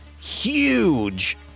Huge